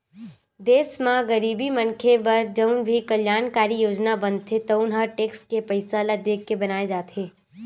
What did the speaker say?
देस म गरीब मनखे बर जउन भी कल्यानकारी योजना बनथे तउन ह टेक्स के पइसा ल देखके बनाए जाथे